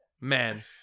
man